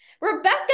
Rebecca